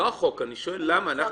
לא החוק, אני שואל למה.